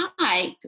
type